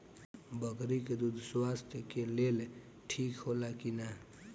बकरी के दूध स्वास्थ्य के लेल ठीक होला कि ना?